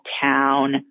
town